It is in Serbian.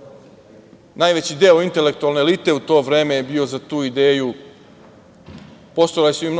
veku. Najveći deo intelektualne elite u to vreme je bio za tu ideju, postojali su i